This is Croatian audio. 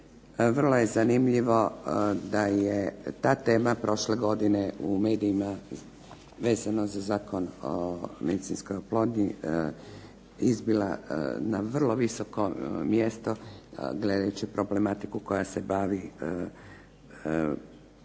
vrlo je zanimljivo da je ta tema prošle godine u medijima vezano za Zakon o medicinskoj oplodnji izbilo na vrlo visoko mjesto gledajući problematiku koja se bavi